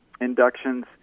inductions